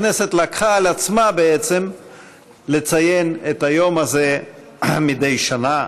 הכנסת לקחה על עצמה לציין את היום הזה מדי שנה,